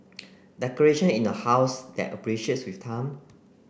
decoration in the house that appreciates with time